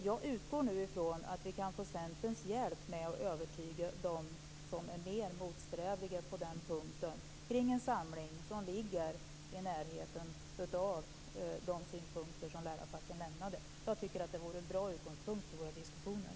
Jag utgår nu ifrån att vi kan få Centerns hjälp med att övertyga dem som är mer motsträviga på den punkten kring en samling som ligger i närheten av de synpunkter som lärarfacken lämnade. Jag tycker att det vore en bra utgångspunkt för våra diskussioner.